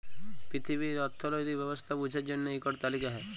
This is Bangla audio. পিথিবীর অথ্থলৈতিক ব্যবস্থা বুঝার জ্যনহে ইকট তালিকা হ্যয়